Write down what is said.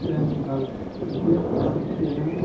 time निकाल करके सीखते हैं